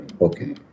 okay